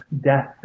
Death